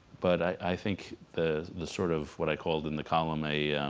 but i think the the sort of what i called in the column a